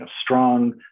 strong